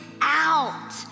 out